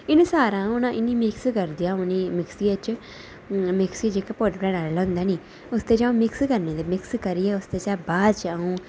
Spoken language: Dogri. इन्ना सारा हून इ'नें मिक्स करदे उ'नें ई मिक्सियै च मिक्सी जेह्की पौड़र बनाने आह्ला होंदा निं उसदे च अ'ऊं मिक्स करनी मिक्स करियै उसदे बाद अ'ऊं